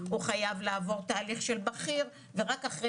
הוא חייב לעבור תהליך של בכיר ורק אחרי